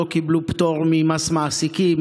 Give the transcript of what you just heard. הם לא קיבלו פטור ממס מעסיקים,